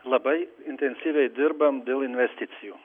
labai intensyviai dirbam dėl investicijų